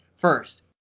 First